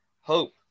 hope